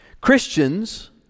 Christians